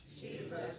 Jesus